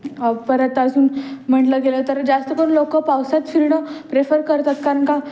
परत अजून म्हटलं गेलं तर जास्तकरून लोक पावसात फिरणं प्रेफर करतात कारण का